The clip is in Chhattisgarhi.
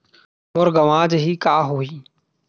मोर गंवा जाहि का होही?